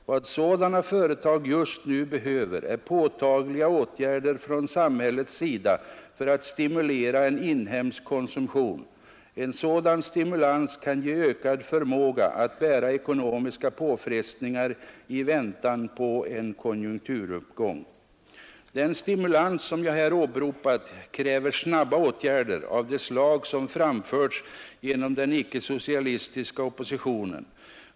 Vad sådana företag just nu behöver är påtagliga åtgärder från samhällets sida för att stimulera en inhemsk konsumtion. En sådan stimulans kan ge ökad förmåga att bära ekonomiska påfrestningar i väntan på en konjunkturuppgäng.” Den stimulans som jag här åberopat kräver snabba åtgärder av det slag som framförts genom den icke socialistiska oppositionen.